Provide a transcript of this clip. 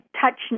touch